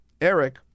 Eric